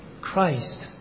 Christ